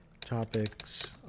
topics